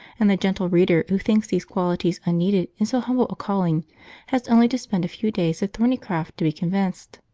and the gentle reader who thinks these qualities unneeded in so humble a calling has only to spend a few days at thornycroft to be convinced.